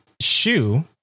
shoe